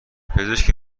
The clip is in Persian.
پزشک